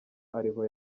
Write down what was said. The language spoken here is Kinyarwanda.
ariho